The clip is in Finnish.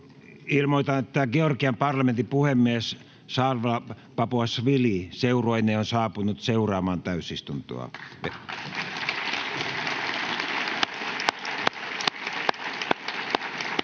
Ilmoitan, että Georgian parlamentin puhemies Šalva Papuašvili seurueineen on saapunut seuraamaan täysistuntoa.